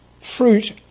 fruit